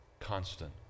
constant